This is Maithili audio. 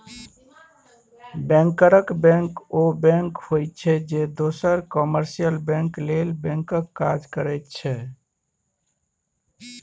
बैंकरक बैंक ओ बैंक होइ छै जे दोसर कामर्शियल बैंक लेल बैंकक काज करै छै